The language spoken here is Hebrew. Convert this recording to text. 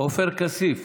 עופר כסיף,